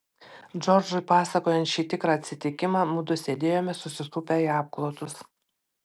džordžui pasakojant šį tikrą atsitikimą mudu sėdėjome susisupę į apklotus